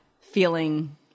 feeling